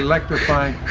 electrifying,